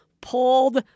pulled